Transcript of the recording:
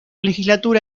legislatura